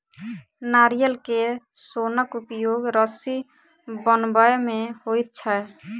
नारियल के सोनक उपयोग रस्सी बनबय मे होइत छै